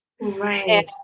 right